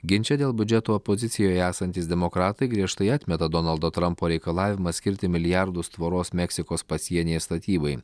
ginče dėl biudžeto opozicijoje esantys demokratai griežtai atmeta donaldo trampo reikalavimą skirti milijardus tvoros meksikos pasienyje statybai